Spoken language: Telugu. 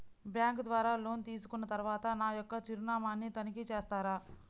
బ్యాంకు ద్వారా లోన్ తీసుకున్న తరువాత నా యొక్క చిరునామాని తనిఖీ చేస్తారా?